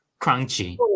crunchy